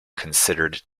considered